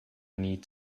need